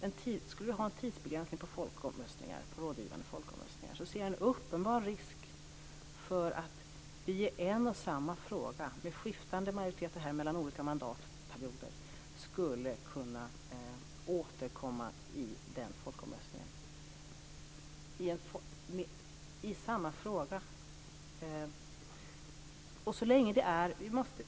Om vi skulle ha en tidsbegränsning för rådgivande folkomröstningar, ser jag en uppenbar risk för att vi skulle kunna återkomma till folkomröstning i en och samma fråga med skiftande majoriteter under olika mandatperioder.